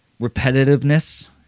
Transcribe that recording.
repetitiveness